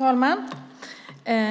Fru talman!